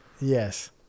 Yes